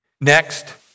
Next